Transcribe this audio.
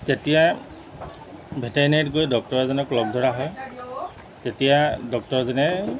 তেতিয়া ভেটাৰিনেৰীত গৈ ডক্টৰ এজনক লগ ধৰা হয় তেতিয়া ডক্টৰ এজনে